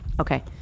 Okay